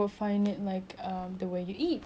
the number of hours you exercise or